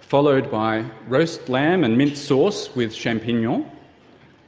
followed by roast lamb and mint sauce with champignon,